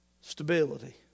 stability